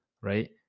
right